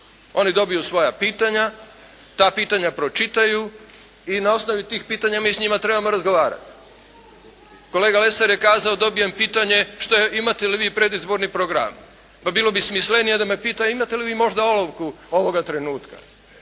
Oni dobiju svoja pitanja. Ta pitanja pročitaju i na osnovi tih pitanja mi s njima trebamo razgovarati. Kolega Lesar je kazao: «Dobijem pitanje što je, imate li vi predizborni program?» Pa bilo bi smislenije da me pita imate li vi možda olovku ovoga trenutka.